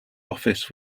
office